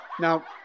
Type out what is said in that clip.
Now